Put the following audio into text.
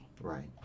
right